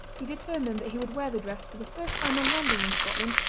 he determined that he would wear the dress for the first time on landing in scotland,